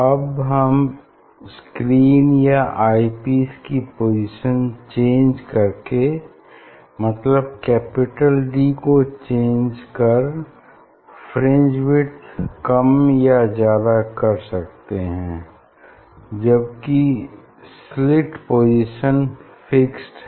अब हम स्क्रीन या आई पीस की पोजीशन चेंज करके मतलब कैपिटल डी को चेंज कर फ्रिंज विड्थ कम या ज्यादा कर सकते हैं जबकि स्लिट पोजीशन फिक्स्ड है